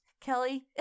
Kelly